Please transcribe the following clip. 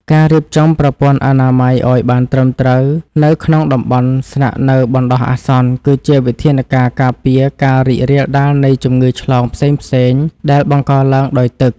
ការរៀបចំប្រព័ន្ធអនាម័យឱ្យបានត្រឹមត្រូវនៅក្នុងតំបន់ស្នាក់នៅបណ្តោះអាសន្ន គឺជាវិធានការការពារការរីករាលដាលនៃជំងឺឆ្លងផ្សេងៗដែលបង្កឡើងដោយទឹក។